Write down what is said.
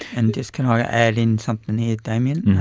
and just can i add in something here, damien?